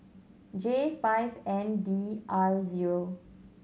J five N D R zero